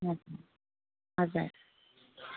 हजुर